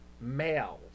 males